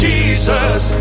Jesus